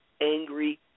angry